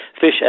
Fish